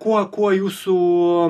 kuo kuo jūsų